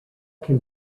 can